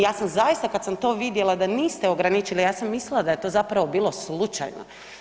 Ja sam zaista kada sam to vidjela da niste ograničili, ja sam mislila da je to zapravo bilo slučajno.